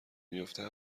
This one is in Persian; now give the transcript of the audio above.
میفته